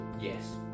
Yes